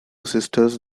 sisters